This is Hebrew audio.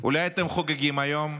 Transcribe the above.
אולי אתם חוגגים היום,